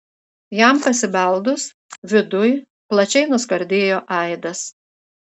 jam pasibeldus viduj plačiai nuskardėjo aidas